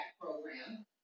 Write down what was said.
Program